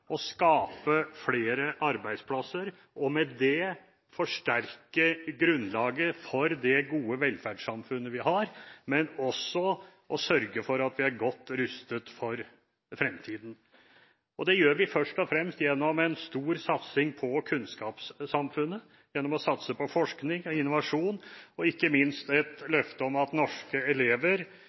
å skape flere arbeidsplasser og med det forsterke grunnlaget for det gode velferdssamfunnet vi har, men også å sørge for at vi er godt rustet for fremtiden. Det gjør vi først og fremst gjennom en stor satsing på kunnskapssamfunnet, gjennom å satse på forskning og innovasjon og ikke minst et løfte om at norske elever